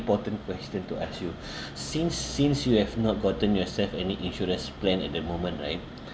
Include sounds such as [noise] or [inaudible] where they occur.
important question to ask you [breath] since since you have not gotten yourself any insurance plan at the moment right